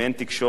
אם אין תקשורת